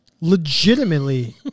Legitimately